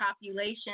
population